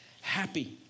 happy